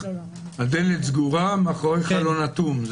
אם הדלת סגורה, מאחורי חלון אטום.